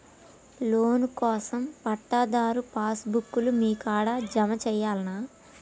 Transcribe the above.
Loan కోసం పట్టాదారు passbook లు మీ కాడా జమ చేయల్నా?